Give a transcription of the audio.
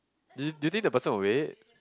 do you do you think the person will wait